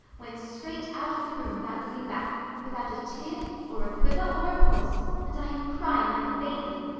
went straight out of the room without looking back, without a tear or a quiver or a pause and i am crying like a baby.